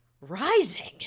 rising